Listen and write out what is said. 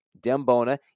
Dembona